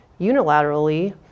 unilaterally